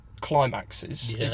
climaxes